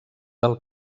del